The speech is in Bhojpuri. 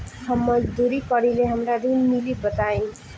हम मजदूरी करीले हमरा ऋण मिली बताई?